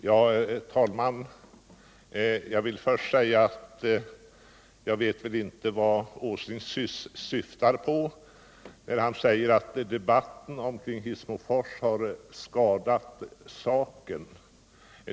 Herr talman! Jag vill först säga att jag inte vet vad Nils Åsling syftar på när han hävdar att debatten omkring Hissmofors skadat saken.